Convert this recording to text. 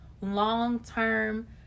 long-term